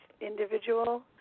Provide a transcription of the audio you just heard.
individual